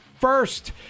first